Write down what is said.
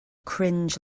cringe